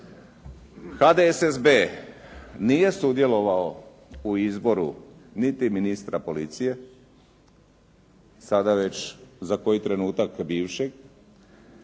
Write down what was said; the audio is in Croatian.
HDSSB nije sudjelovao u izboru niti ministra policije, sada već za koji trenutak bivšeg.